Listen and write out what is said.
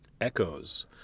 echoes